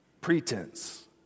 pretense